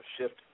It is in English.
shift